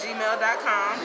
Gmail.com